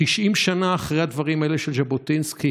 90 שנה אחרי הדברים האלה של ז'בוטינסקי,